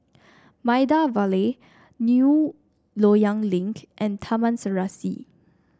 Maida Vale New Loyang Link and Taman Serasi